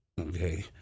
okay